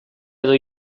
edo